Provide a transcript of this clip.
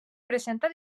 presenta